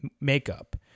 makeup